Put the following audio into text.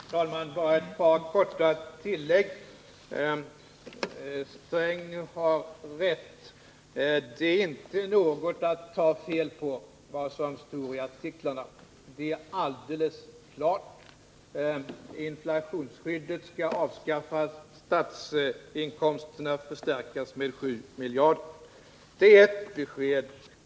Fru talman! Bara ett par korta tillägg. Gunnar Sträng har rätt. Det är inte något att ta fel på av det som stod i artiklarna. Det är alldeles klart: Inflationsskyddet skall avskaffas och statsinkomsterna förstärkas med 7 miljarder. Det är ett besked.